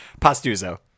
Pastuzo